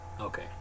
Okay